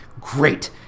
Great